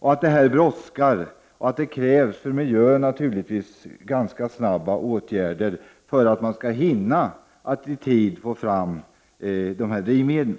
att det brådskar och att det krävs för miljön naturligtvis ganska snabba åtgärder för att man skall hinna att i tid få fram alternativa drivmedel.